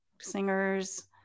singers